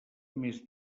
més